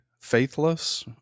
faithless